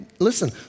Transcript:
Listen